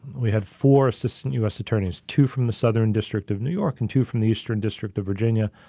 we had four system us attorneys, two from the southern district of new york and two from the eastern district of virginia,